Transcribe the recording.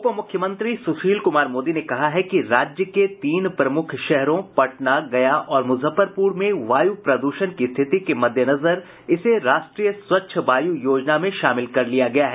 उप मुख्यमंत्री सुशील कुमार मोदी ने कहा है कि राज्य के तीन प्रमुख शहरों पटना गया और मूजफ्फरपूर में वायू प्रदूषण की स्थिति के मददेनजर इसे राष्ट्रीय स्वच्छ वायू योजना में शामिल कर लिया गया है